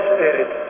Spirit